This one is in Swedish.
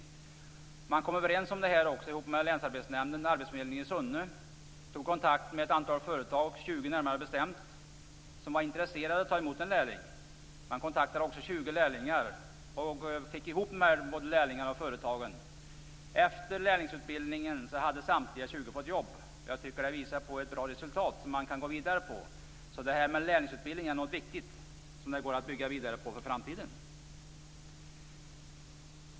Man kom överens om detta tillsammans med länsarbetsnämnden och arbetsförmedlingen i Sunne. Man tog kontakt med ett antal företag, närmare bestämt 20 stycken, som var intresserade att ta emot en lärling. Man kontaktade också 20 lärlingar och fick ihop både lärlingarna och företagen. Efter lärlingsutbildningen hade samtliga 20 fått jobb. Jag tycker att det visar på ett bra resultat som man kan gå vidare med. Lärlingsutbildning är någonting viktigt som det går att bygga vidare på för framtiden.